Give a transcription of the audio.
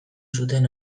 zuten